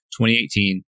2018